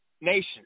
nation